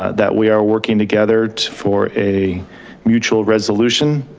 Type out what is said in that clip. that we are working together for a mutual resolution.